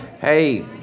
hey